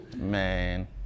man